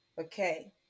Okay